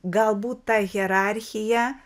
galbūt ta hierarchija